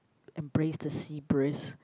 embrace the sea breeze